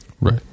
Right